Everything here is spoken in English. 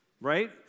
right